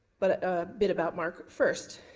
but a bit about mark first,